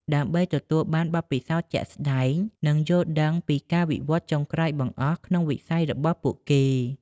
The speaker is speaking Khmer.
ដើម្បីទទួលបានបទពិសោធន៍ជាក់ស្តែង និងយល់ដឹងពីការវិវត្តន៍ចុងក្រោយបង្អស់ក្នុងវិស័យរបស់ពួកគេ។